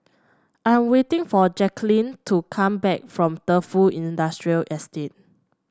I'm waiting for Jacquelynn to come back from Defu Industrial Estate